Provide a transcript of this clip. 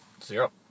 Zero